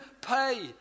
pay